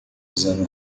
usando